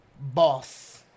boss